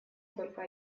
только